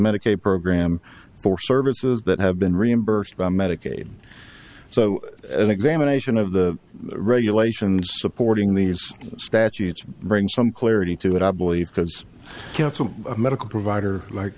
medicaid program for services that have been reimbursed by medicaid so an examination of the regulations supporting these statutes bring some clarity to what i believe because it's a medical provider like